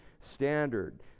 standard